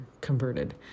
converted